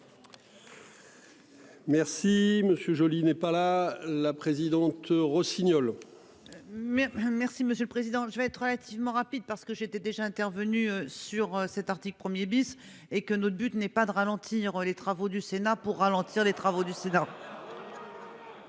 Merci monsieur Joly n'est pas là la présidente Rossignol. Merci, merci Monsieur le Président, je vais être relativement rapide parce que j'étais déjà intervenue sur cet article premier bis et que notre but n'est pas de ralentir les travaux du Sénat pour ralentir les travaux du Sénat.